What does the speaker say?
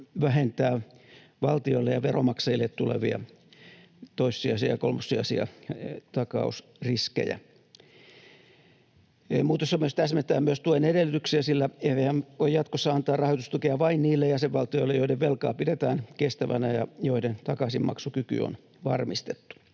vähentää valtioille ja veronmaksajille tulevia toissijaisia ja kolmossijaisia takausriskejä. Muutos täsmentää myös tuen edellytyksiä, sillä EVM voi jatkossa antaa rahoitustukea vain niille jäsenvaltioille, joiden velkaa pidetään kestävänä ja joiden takaisinmaksukyky on varmistettu.